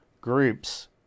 groups